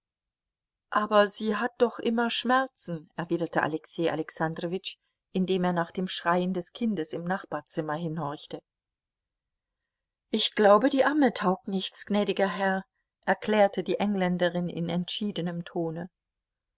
aber sie hat doch immer schmerzen erwiderte alexei alexandrowitsch indem er nach dem schreien des kindes im nachbarzimmer hinhorchte ich glaube die amme taugt nichts gnädiger herr erklärte die engländerin in entschiedenem tone